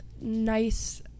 nice